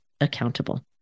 accountable